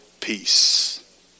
peace